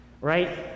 Right